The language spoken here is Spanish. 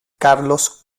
carlos